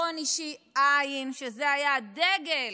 ביטחון אישי אין, שזה היה הדגל,